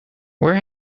where